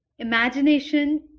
imagination